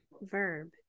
verb